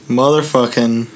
motherfucking